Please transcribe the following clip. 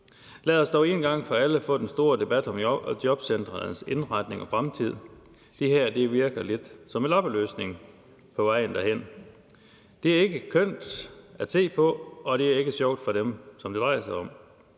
Lad os dog én gang for alle få den store debat om jobcentrenes indretning og fremtid. Det her virker lidt som en lappeløsning på vejen derhen. Det er ikke kønt at se på, og det er ikke sjovt for dem, som det drejer sig om.